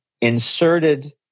inserted